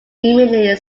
immediately